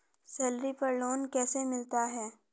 Salary पर loan कैसे मिलता है?